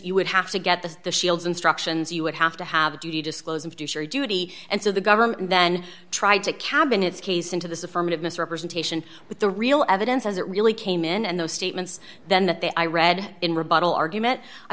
you would have to get the the shield's instructions you would have to have a duty disclosing future duty and so the government then tried to cabin its case into this affirmative misrepresentation with the real evidence as it really came in and those statements then that they i read in rebuttal argument i